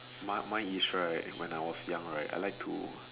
mine mine is right when I was young right I like to